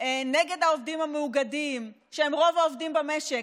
נגד העובדים המאוגדים, שהם רוב העובדים במשק.